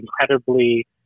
incredibly